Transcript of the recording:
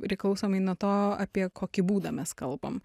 priklausomai nuo to apie kokį būdą mes kalbam